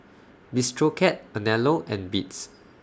Bistro Cat Anello and Beats